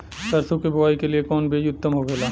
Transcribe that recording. सरसो के बुआई के लिए कवन बिज उत्तम होखेला?